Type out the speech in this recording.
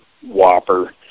whopper